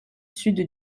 sud